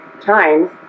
times